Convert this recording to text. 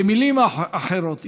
במילים אחרות,